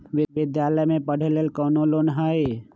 विद्यालय में पढ़े लेल कौनो लोन हई?